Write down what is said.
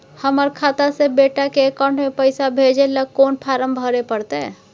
हमर खाता से बेटा के अकाउंट में पैसा भेजै ल कोन फारम भरै परतै?